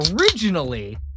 Originally